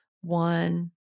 One